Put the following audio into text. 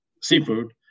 seafood